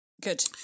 Good